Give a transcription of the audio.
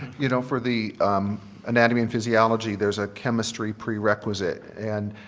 you know, for the anatomy and physiology, there's a chemistry prerequisite. and